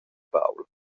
baul